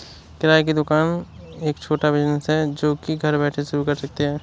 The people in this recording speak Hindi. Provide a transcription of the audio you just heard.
किराने की दुकान एक छोटा बिज़नेस है जो की घर बैठे शुरू कर सकते है